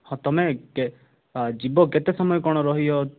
ହଁ ତୁମେ ଯିବ କେତେ ସମୟ କ'ଣ ରହିବ